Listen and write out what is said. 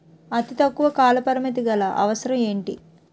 అతి తక్కువ కాల పరిమితి గల అవసరం ఏంటి